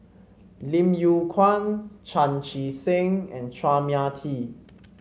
Lim Yew Kuan Chan Chee Seng and Chua Mia Tee